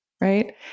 right